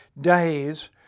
days